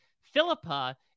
Philippa